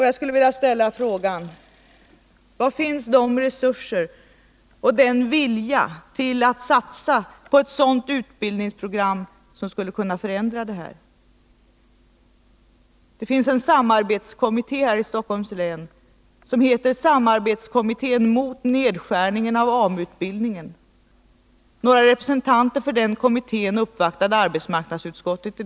Jag vill fråga: Var finns resurserna för och var finns viljan till att satsa på ett sådant utbildningsprogram som skulle kunna förändra detta läge? Det finns en samarbetskommitté i Stockholms län som heter Samarbetskommittén mot nedskärningen av AMU-utbildningen. Några representanter för den kommittén uppvaktade i dag arbetsmarknadsutskottet.